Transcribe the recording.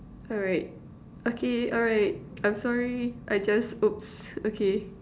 alright okay alright I'm sorry I just oops okay